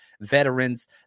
veterans